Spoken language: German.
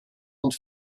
und